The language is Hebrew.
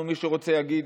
אנחנו, מי שרוצה יגיד,